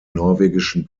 norwegischen